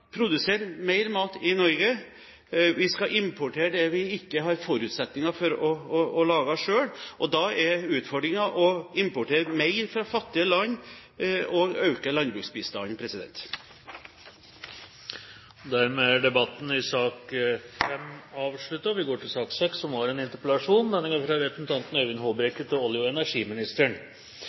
produsere mer mat i Norge. Vi skal importere det vi ikke har forutsetninger for å lage selv. Da er utfordringen å importere mer fra fattige land og å øke landbruksbistanden. Dermed er debatten i sak nr. 5 avsluttet. Mitt anliggende med interpellasjonen kan uttrykkes ganske enkelt: Energipolitikken skal gi oss sikker energiforsyning over hele landet og lavere utslipp og